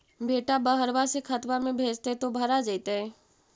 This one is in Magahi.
बेटा बहरबा से खतबा में भेजते तो भरा जैतय?